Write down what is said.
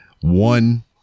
one